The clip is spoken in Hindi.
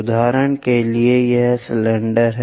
उदाहरण के लिए यह सिलेंडर है